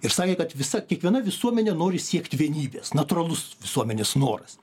ir sakė kad visa kiekviena visuomenė nori siekt vienybės natūralus visuomenės noras